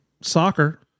soccer